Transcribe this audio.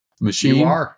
machine